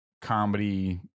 comedy